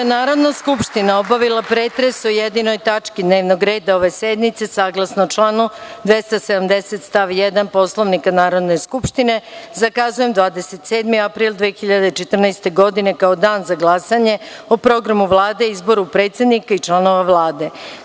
Narodna skupština obavila pretres o jedinoj tački dnevnog reda ove sednice, saglasno članu 270. stav 1. Poslovnika Narodne skupštine, zakazujem 27. april 2014. godine kao dan za glasanje o programu Vlade i izboru predsednika i članova Vlade.